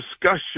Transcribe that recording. discussion